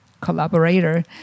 collaborator